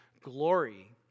Glory